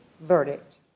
verdict